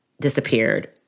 disappeared